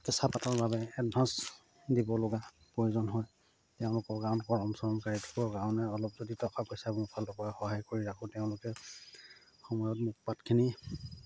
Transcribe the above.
কেঁচাপাতৰ বাবে এডভাঞ্চ দিব লগা প্ৰয়োজন হয় তেওঁলোকৰ গাঁৱত কৰম চৰম গাই থাকিবৰ কাৰণে অলপ যদি টকা পইচা মোৰ ফালৰপৰা সহায় কৰি ৰাখোঁ তেওঁলোকে সময়ত মোক পাতখিনি